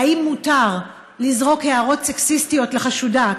3. האם מותר לזרוק הערות סקסיסטיות לחשודה,